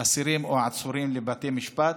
אסירים או עצורים לבתי משפט,